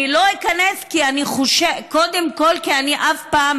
אני לא איכנס קודם כול כי אני אף פעם